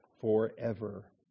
forever